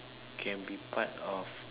can be part of